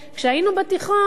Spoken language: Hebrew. כשהיינו בתיכון,